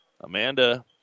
Amanda